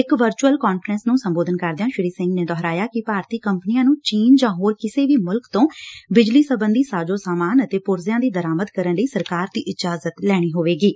ਇਕ virtual conference ਨੰ ਸੰਬੋਧਨ ਕਰਦਿਆਂ ਸ੍ਰੀ ਸਿੰਘ ਨੇ ਦੁਹਰਾਇਆ ਕਿ ਭਾਰਤੀ ਕੰਪਨੀਆਂ ਨੰ ਚੀਨ ਜਾਂ ਹੋਰ ਕਿਸੇ ਵੀ ਮੁਲਕ ਤੋ ਬਿਜਲੀ ਸਬੰਧੀ ਸਾਜੋ ਸਾਮਾਨ ਅਤੇ ਪੁਰਜ਼ਿਆਂ ਦੀ ਦਰਾਮਦ ਕਰਨ ਲਈ ਸਰਕਾਰ ਦੀ ਇਜਾਜ਼ਤ ਲੈਣੀ ਹੋਵੇਗੀ